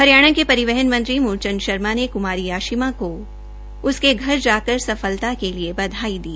हरियाणा के परिवहन मत्री मूल चंद शर्मा ने क्मारी आशिमा के घर जाकर सफलता के लिए बधाई दी